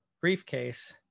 briefcase